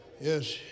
yes